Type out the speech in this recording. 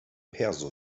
perso